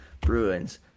Bruins